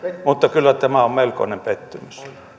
mutta kyllä tämä on melkoinen pettymys